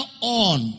on